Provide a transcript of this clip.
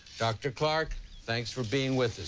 dr. clarke thanks for being with us.